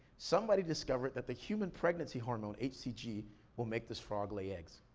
somebody discovered that the human pregnancy hormone, hcg, will make this frog lay eggs.